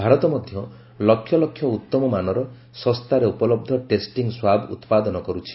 ଭାରତ ମଧ୍ୟ ଲକ୍ଷଲକ୍ଷ ଉତ୍ତମ ମାନର ଶସ୍ତାରେ ଉପଲହ୍ଧ ଟେଷ୍ଟିଂ ସ୍ୱାବ ଉତ୍ପାଦନ କରୁଛି